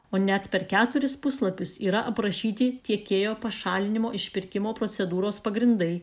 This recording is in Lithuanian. o net per keturis puslapius yra aprašyti tiekėjo pašalinimo iš pirkimo procedūros pagrindai